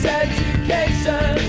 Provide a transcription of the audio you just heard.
education